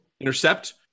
intercept